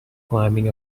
climbing